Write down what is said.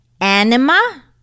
anima